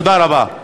תודה רבה.